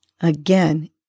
Again